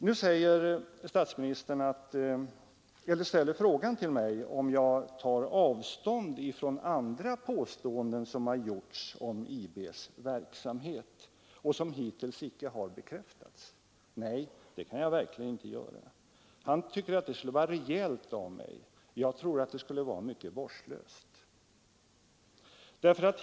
k Statsministern frågade mig om jag tar avstånd från andra påståenden som gjorts om IB:s verksamhet och som hittills icke har bekräftats. Nej, det kan jag verkligen inte göra. Han tycker att det skulle vara rejält av mig — jag tror att det skulle vara mycket vårdslöst.